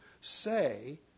say